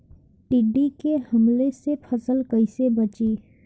टिड्डी के हमले से फसल कइसे बची?